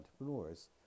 entrepreneurs